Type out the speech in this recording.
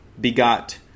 begot